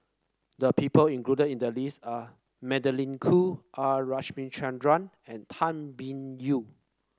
the people included in the list are Magdalene Khoo R Ramachandran and Tan Biyun